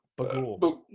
Bagul